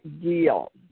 deal